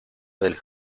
del